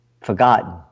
Forgotten